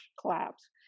collapse